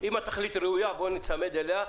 אם התכלית היא ראויה אז בואו ניצמד אליה.